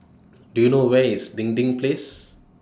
Do YOU know Where IS Dinding Place